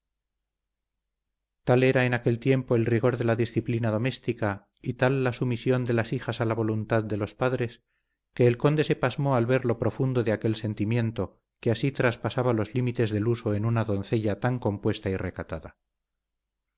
era en aquel tiempo el rigor de la disciplina doméstica y tal la sumisión de las hijas a la voluntad de los padres que el conde se pasmó al ver lo profundo de aquel sentimiento que así traspasaba los límites del uso en una doncella tan compuesta y recatada